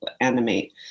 animate